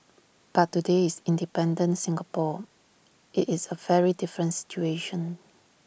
but today is in independent Singapore IT is A very different situation